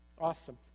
awesome